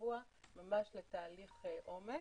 לשבוע לתהליך עומק,